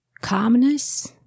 Calmness